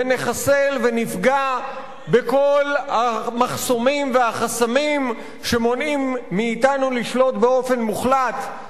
ונחסל ונפגע בכל המחסומים והחסמים שמונעים מאתנו לשלוט באופן מוחלט.